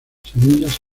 semillas